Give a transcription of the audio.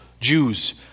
Jews